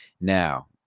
Now